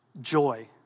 joy